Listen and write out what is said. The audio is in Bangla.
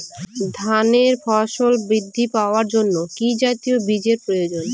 ধানে ফলন বৃদ্ধি পাওয়ার জন্য কি জাতীয় বীজের প্রয়োজন?